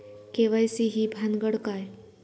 KYC ही भानगड काय?